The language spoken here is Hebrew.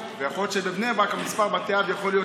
ויכול להיות שבבני ברק מספר בתי האב יכול להיות,